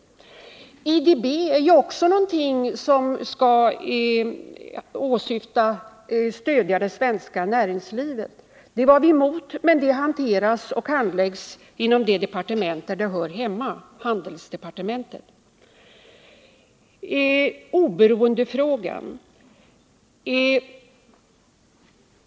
Vårt medlemskap i IDB har också till syfte att stödja det svenska näringslivet. Det var vi emot, men frågan hanteras och handläggs ändå inom det departement där den hör hemma, handelsdepartementet.